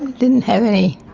didn't have any